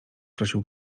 prosił